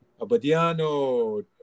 Abadiano